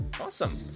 Awesome